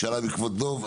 היא שאלה בעקבות דב.